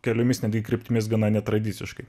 keliomis kryptimis gana netradiciškai